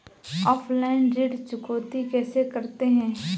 Offline ऋण चुकौती कैसे करते हैं?